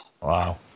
wow